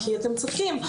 כי אתם צריכים,